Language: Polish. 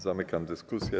Zamykam dyskusję.